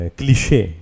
cliché